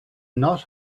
not